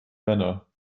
manner